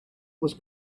was